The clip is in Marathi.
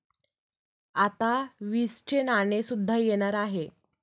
आता वीसचे नाणे सुद्धा येणार आहे